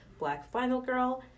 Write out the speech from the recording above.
blackfinalgirl